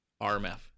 RMF